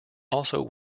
also